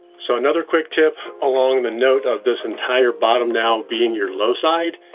so, another quick tip along the note of this entire bottom now being your low side,